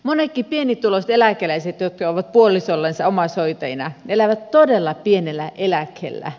monetkin pienituloiset eläkeläiset jotka ovat puolisollensa omaishoitajina elävät todella pienellä eläkkeellä